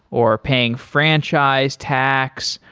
or paying franchise tax,